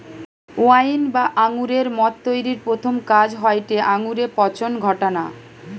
wine বা আঙুরের মদ তৈরির প্রথম কাজ হয়টে আঙুরে পচন ঘটানা